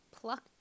plucked